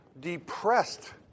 depressed